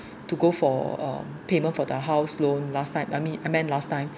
to go for a payment for the house loan last time I mean I meant last time